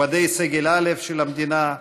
מכובדיי סגל א' של המדינה,